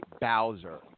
Bowser